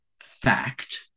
fact